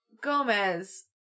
Gomez